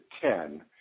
ten